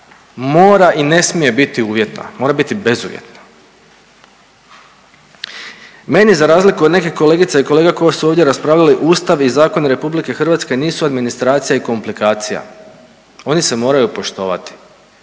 mora i ne smije biti uvjetna. Mora biti bezuvjetna. Meni za razliku od nekih kolegica i kolega koji su ovdje raspravljali Ustav i zakoni RH nisu administracija i komplikacija. Oni se moraju poštovati